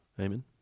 Amen